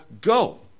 go